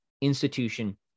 institution